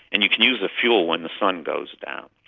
and you can use the fuel when the sun goes down.